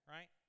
Right